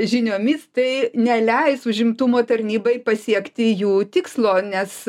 žiniomis tai neleis užimtumo tarnybai pasiekti jų tikslo nes